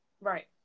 right